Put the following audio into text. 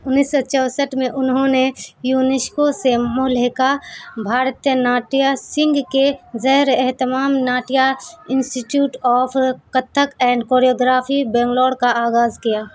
انیس سو چونسٹھ میں انہوں نے یونیسکو سے ملحقہ بھارتیہ ناٹیہ سنگھ کے زیراہتمام Natya institute of Kathak and choreography Bangalore کا آغاز کیا